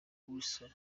wilson